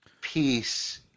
peace